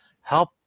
help